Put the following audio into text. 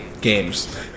games